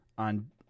on